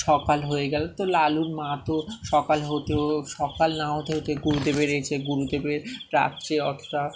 সকাল হয়ে গেল তো লালুর মা তো সকাল হতেও সকাল না হতে হতে গুরুদেবের রয়েছে গুরুদেবের রাত্রে অর্থা